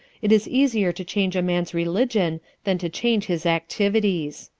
it is easier to change a man's religion than to change his activities.